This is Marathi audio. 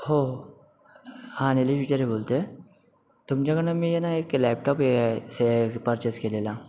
हो हा नीलश विचारे बोलतो आहे तुमच्याकडून मी ए ना एक लॅपटॉप ए से परचेस केलेला